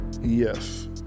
yes